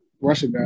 Russia